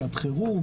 שעת חירום,